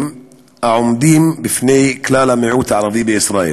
העומדים בפני כלל המיעוט הערבי בישראל,